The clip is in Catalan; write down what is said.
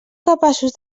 capaços